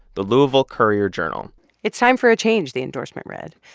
the louisville courier-journal it's time for a change, the endorsement read,